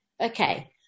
Okay